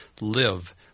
live